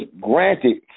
granted